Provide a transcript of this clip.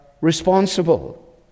responsible